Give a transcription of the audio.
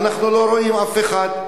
אנחנו לא רואים אף אחד.